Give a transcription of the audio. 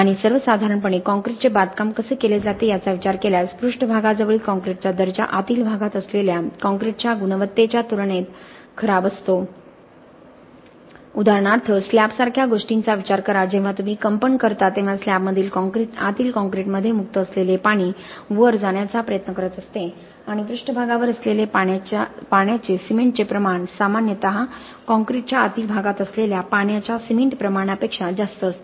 आणि सर्वसाधारणपणे काँक्रीटचे बांधकाम कसे केले जाते याचा विचार केल्यास पृष्ठभागाजवळील काँक्रीटचा दर्जा आतील भागात असलेल्या काँक्रीटच्या गुणवत्तेच्या तुलनेत सामान्यत खराब असतो उदाहरणार्थ स्लॅब सारख्या गोष्टीचा विचार करा जेव्हा तुम्ही कंपन करता तेव्हा स्लॅबमधील काँक्रीट आतील काँक्रीटमध्ये मुक्त असलेले पाणी वर जाण्याचा प्रयत्न करत असते आणि पृष्ठभागावर असलेले पाण्याचे सिमेंट प्रमाण सामान्यतः कॉंक्रिटच्या आतील भागात असलेल्या पाण्याच्या सिमेंट प्रमाणापेक्षा जास्त असते